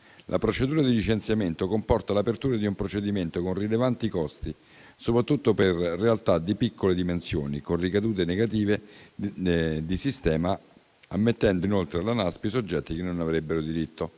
la procedura di licenziamento comporta l'apertura di un procedimento con rilevanti costi, soprattutto per realtà di piccole dimensioni, con ricadute negative di sistema, ammettendo inoltre alla Naspi soggetti che non ne avrebbero diritto;